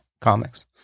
comics